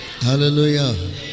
Hallelujah